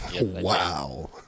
wow